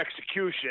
execution